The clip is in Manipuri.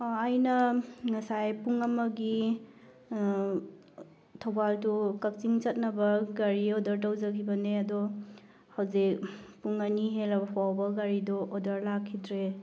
ꯑꯩꯅ ꯉꯁꯥꯏ ꯄꯨꯡ ꯑꯃꯒꯤ ꯊꯧꯕꯥꯜ ꯇꯨ ꯀꯛꯆꯤꯡ ꯆꯠꯅꯕ ꯒꯥꯔꯤ ꯑꯣꯗꯔ ꯇꯧꯖꯈꯤꯕꯅꯦ ꯑꯗꯣ ꯍꯧꯖꯤꯛ ꯄꯨꯡ ꯑꯅꯤ ꯍꯦꯜꯂꯕ ꯐꯥꯎꯕ ꯒꯥꯔꯤꯗꯣ ꯑꯣꯗꯔ ꯂꯥꯛꯈꯤꯗ꯭ꯔꯦ